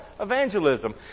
Evangelism